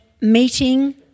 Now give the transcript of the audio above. meeting